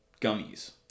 gummies